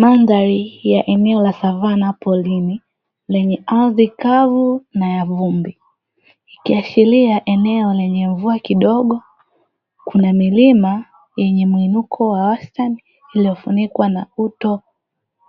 Mandhari ya eneo la savana porini lenye ardhi kavu na ya vumbi, ikiashiria eneo lenye mvua kidogo, Kuna milima yenye muinuko wa wastani liliofunikwa na upo